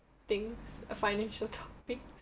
things uh financial topics